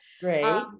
Great